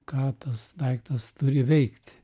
ką tas daiktas turi veikt